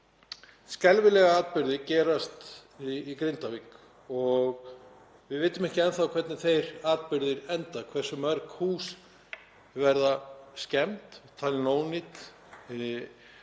skelfilega atburði gerast í Grindavík og við vitum ekki enn þá hvernig þeir atburðir enda, hversu mörg hús verða skemmd eða talin ónýt